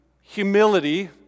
humility